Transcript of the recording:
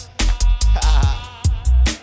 Ha